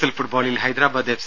L ഫുട്ബോളിൽ Hyderabad F